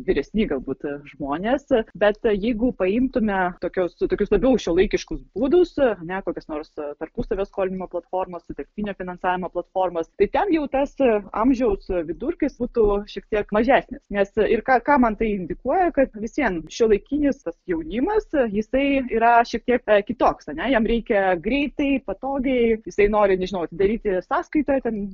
vyresni galbūt žmonės bet jeigu paimtume tokios tokius labiau šiuolaikiškus būdus ar ne kokias nors tarpusavio skolinimo platformas sutelktinio finansavimo platformas tai ten jau tas amžiaus vidurkis būtų šiek tiek mažesnis nes ir ką ką man tai indikuoja kad vis vien šiuolaikinis tas jaunimas jisai yra šiek tiek kitoks ar ne jam reikia greitai patogiai jisai nori nežinau atidaryti sąskaitą ten